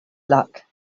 luck